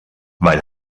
weil